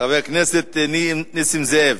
חבר הכנסת נסים זאב.